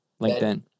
LinkedIn